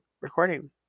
recording